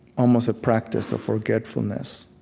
almost a practice of forgetfulness.